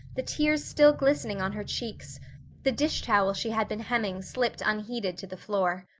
the tears still glistening on her cheeks the dish towel she had been hemming slipped unheeded to the floor.